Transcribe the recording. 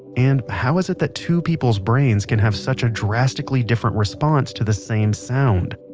and how is it that two people's brains can have such a drastically different response to the same sound?